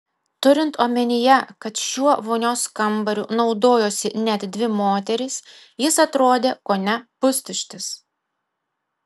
turint omenyje kad šiuo vonios kambariu naudojosi net dvi moterys jis atrodė kone pustuštis